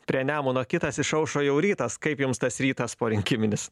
prie nemuno kitas išaušo jau rytas kaip jums tas rytas porinkiminis